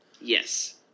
Yes